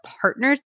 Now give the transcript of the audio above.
partners